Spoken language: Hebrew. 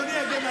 תהיי בשקט.